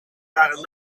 waren